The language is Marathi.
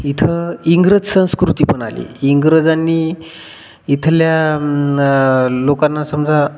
इथं इंग्रज संस्कृती पण आली इंग्रजांनी इथल्या लोकांना समजा